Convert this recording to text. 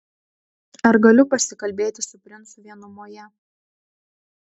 ar galiu pasikalbėti su princu vienumoje